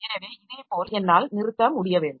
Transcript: எனவே இதேப்போல் என்னால் நிறுத்த முடிய வேண்டும்